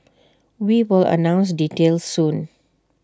we will announce details soon